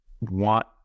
want